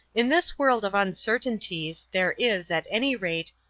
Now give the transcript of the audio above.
in this world of uncertainties, there is, at any rate,